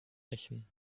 rächen